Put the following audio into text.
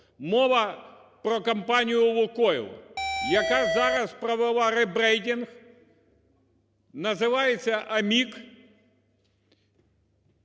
Мова про компанію "Лукойл", яка зараз провела ребрединг, називається "Амік".